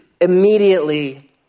immediately